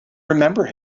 remember